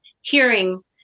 hearing